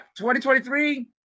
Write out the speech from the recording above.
2023